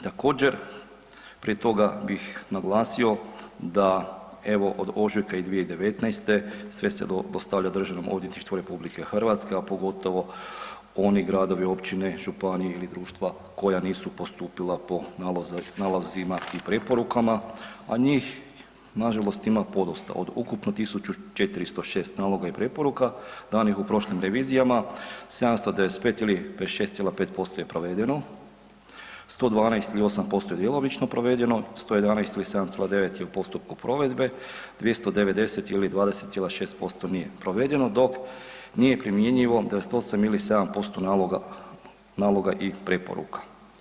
Također prije toga bih naglasio da evo od ožujka i 2019.-te sve se dostavlja Državnom odvjetništvu Republike Hrvatske, a pogotovo oni Gradovi, Općine, Županije ili društva koja nisu postupila po nalazima i preporukama, a njih nažalost ima podosta, od ukupno 1406 naloga i preporuka danih u prošlim revizijama, 795 ili 56,5% je provedeno, 112 ili 8% je djelomično provedeno, 111 ili 7,9% je u postupku provedbe, 290 ili 20,6% nije provedeno dok nije primjenjivo 28 ili 7% naloga i preporuka.